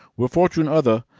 were fortune other,